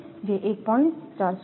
જે 1